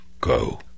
go